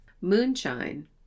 Moonshine